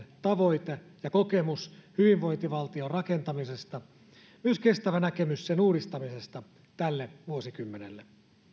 tavoite ja kokemus hyvinvointivaltion rakentamisesta myös kestävä näkemys sen uudistamisesta tälle vuosikymmenelle